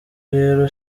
rero